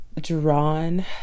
drawn